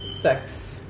sex